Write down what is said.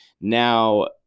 now